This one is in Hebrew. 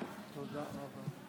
אדוני היושב-ראש,